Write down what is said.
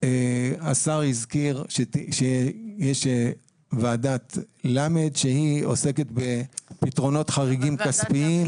השר הזכיר שיש ועדת למ"ד שעוסקת בפתרונות חריגים כספיים.